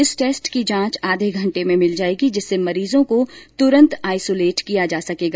इस टेस्ट की जांच आधे घंटे में मिल जाएगी जिससे मरीज को तुरंत आइसोलेट किया जा सकेगा